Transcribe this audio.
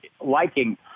liking